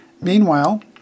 Meanwhile